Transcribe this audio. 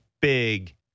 big